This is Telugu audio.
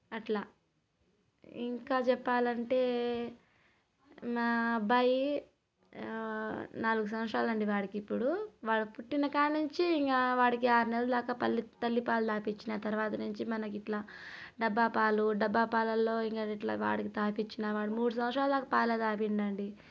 అట్లా ఇంకా చెప్పాలంటే మా అబ్బాయి నాలుగు సంవత్సరాలు అండి వాడికి ఇప్పుడు వాడు పుట్టిన కాడి నుంచి ఇంకా వాడికి ఆరు నెలల దాకా పల్లి తల్లిపాలు తాగిపించిన తర్వాత నుంచి మనకి ఇట్లా డబ్బా పాలు డబ్బా పాలల్లో ఇంకా ఇట్లా వాడికి తాగిపించిన వాడు మూడు సంవత్సరాలు దాకా పాలే తాపిండండీ